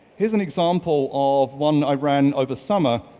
here's an example of one i ran over summer,